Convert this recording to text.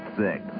six